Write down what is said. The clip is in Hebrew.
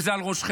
וזה על ראשכם,